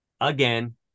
Again